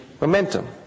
momentum